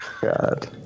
God